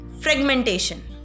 fragmentation